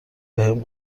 بهم